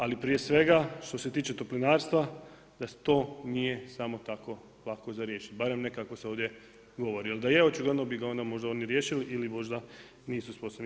Ali prije svega što se tiče toplinarstva da to nije samo tako lako za riješiti, barem ne kako se ovdje govori jel da je očigledno bi ga onda možda oni riješili ili možda nisu sposobni.